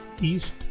east